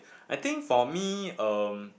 I think for me um